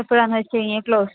എപ്പഴാന്നുവെച്ചുകഴിഞ്ഞാല് close